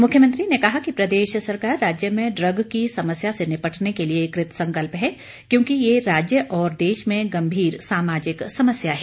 मुख्यमंत्री ने कहा कि प्रदेश सरकार राज्य में ड्रग की समस्या से निपटने के लिए कृत संकल्प है क्योंकि यह राज्य और देश में गंभीर सामाजिक समस्या है